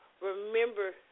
remember